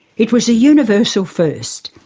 it was a universal first,